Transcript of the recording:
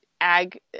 ag